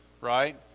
right